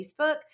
Facebook